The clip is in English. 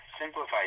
simplified